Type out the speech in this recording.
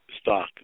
stock